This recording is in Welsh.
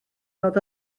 fod